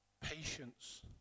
patience